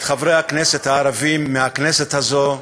את חברי הכנסת הערבים, מהכנסת הזאת.